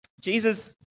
Jesus